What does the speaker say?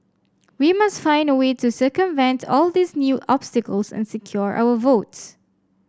we must find a way to circumvent all these new obstacles and secure our votes